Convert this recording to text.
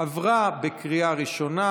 עברה בקריאה ראשונה,